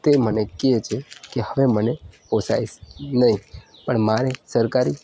તે મને કે છે કે હવે મને પોસાય નહીં પણ મારે સરકારી